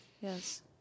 Yes